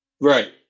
Right